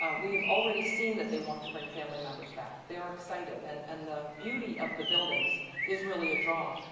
um we have already seen that they want to bring family members back. they are excited and and the beauty of the buildings is really a draw,